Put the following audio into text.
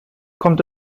kommt